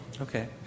Okay